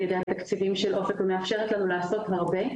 ידי התקציבים של אופק ומאפשרת לנו לעשות הרבה.